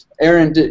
Aaron